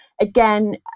again